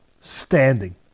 standing